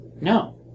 No